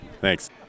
Thanks